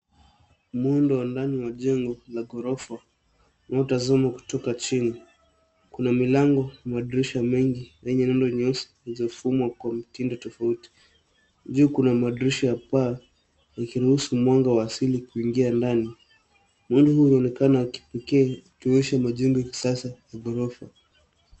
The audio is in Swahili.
Muundo wa ndani wa jengo la ghorofa unaotazamwa kutoka chini. Kuna milango na madirisha mengi yenye rangi nyeusi yaliyofumwa kwa mtindo tofauti. Juu kuna madirisha ya paa yanayoruhusu mwanga wa asili kuingia ndani. Muundo huu unaonekana wa kipekee, ukionyesha majengo ya kisasa ya ghorofa.